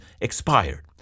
expired